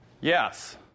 Yes